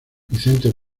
vicente